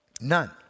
None